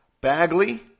Bagley